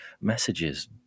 messages